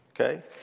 okay